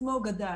תודה רבה.